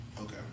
Okay